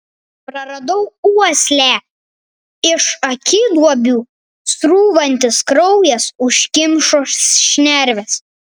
praradau uoslę iš akiduobių srūvantis kraujas užkimšo šnerves